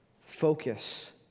focus